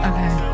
Okay